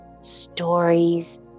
stories